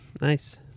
nice